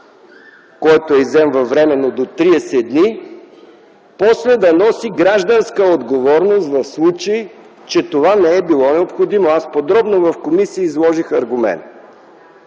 който я изземва временно до 30 дни, после да носи гражданска отговорност в случай, че това не е било необходимо. Аз подробно изложих аргументи